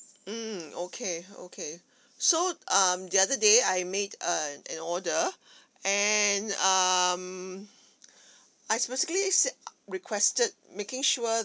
mm okay okay so um the other day I made uh an order and um I specifically said requested making sure